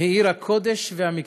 היא עיר הקודש והמקדש.